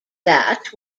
that